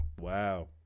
Wow